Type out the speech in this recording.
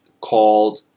called